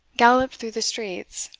galloped through the streets,